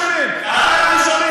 אתם אשמים.